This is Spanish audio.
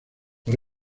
por